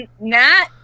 Nat